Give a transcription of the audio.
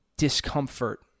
Discomfort